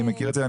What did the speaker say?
אני מכיר את זה.